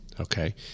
Okay